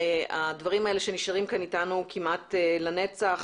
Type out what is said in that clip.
הדברים האלה שנשארים כאן איתנו כמעט לנצח,